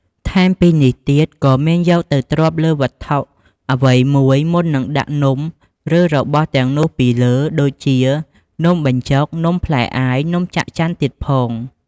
ថែមពីនេះទៀតក៏មានយកទៅទ្រាប់លើវត្ថុអ្វីមួយមុននឹងដាក់នំ ឬរបស់ទាំងនោះពីលើដូចជានំបញ្ចូក នំផ្លែអាយ នំចាក់ចាន់ទៀតផង។